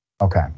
Okay